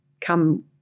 come